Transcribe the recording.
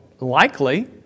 Likely